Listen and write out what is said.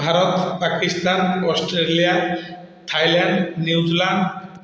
Bharat Pakistan Australia Thailand New Zealand